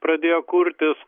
pradėjo kurtis